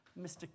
Mr